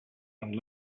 and